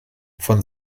von